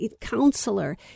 Counselor